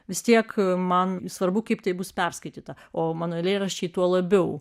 vis tiek man svarbu kaip tai bus perskaityta o mano eilėraščiai tuo labiau